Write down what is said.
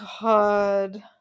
god